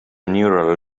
neural